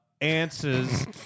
answers